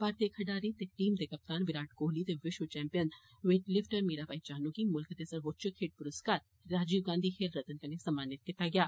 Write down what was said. भारती cricket खडारी ते team दे कप्तान विराट कोहली ते विश्व चैम्पियन वेटलिफटर मीराबाई चानू गी मुल्ख दे स्वोच्च खेड पुरुस्कार राजीव गांधी खेल रत्न कन्नै सम्मानित कीता गेआ